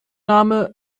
name